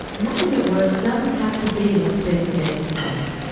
napping at work doesn't have to be an expensive exercise.